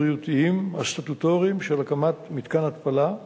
הבריאותיים והסטטוטוריים של הקמת מתקן התפלה,